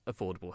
affordable